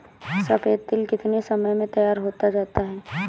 सफेद तिल कितनी समय में तैयार होता जाता है?